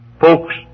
folks